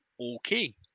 okay